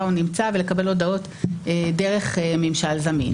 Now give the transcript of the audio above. הוא נמצא ולקבל הודעות דרך ממשל זמין.